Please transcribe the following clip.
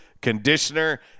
conditioner